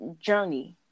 journey